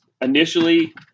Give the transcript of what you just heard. initially